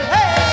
Hey